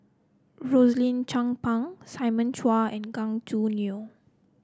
Rosaline Chan Pang Simon Chua and Gan Choo Neo